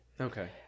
Okay